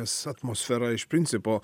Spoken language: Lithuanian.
mes atmosfera iš principo